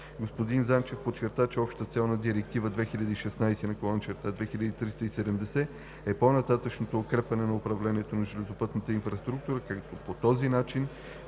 Господин Занчев подчерта, че общата цел на Директива (ЕС) 2016/2370 е по-нататъшното укрепване на управлението на железопътната инфраструктура, като по този начин